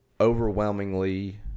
overwhelmingly